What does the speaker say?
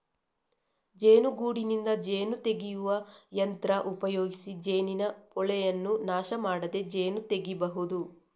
ಜೇನುಗೂಡಿನಿಂದ ಜೇನು ತೆಗೆಯುವ ಯಂತ್ರ ಉಪಯೋಗಿಸಿ ಜೇನಿನ ಪೋಳೆಯನ್ನ ನಾಶ ಮಾಡದೆ ಜೇನು ತೆಗೀಬಹುದು